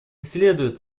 следует